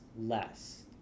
less